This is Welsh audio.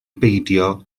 beidio